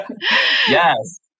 Yes